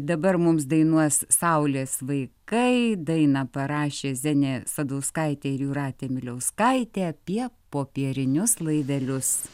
dabar mums dainuos saulės vaikai dainą parašė zenė sadauskaitė ir jūratė miliauskaitė apie popierinius laivelius